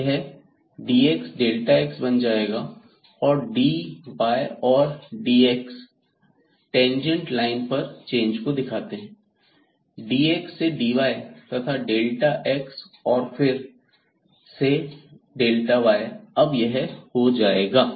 तब यह dx x बन जाएगा और dy और dx टेंजेंट लाइन पर चेंज को दर्शाते हैं dx से dy तथा xऔर फिर से y अब यह हो जाएगा